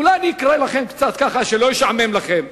אולי אני אקרא לכם, כדי שלא ישעמם לכם.